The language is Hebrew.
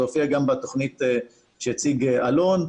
זה הופיע גם בתוכנית שהציג אלון.